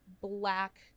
black